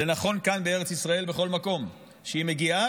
זה נכון כאן בארץ ישראל ובכל מקום שהיא מגיעה,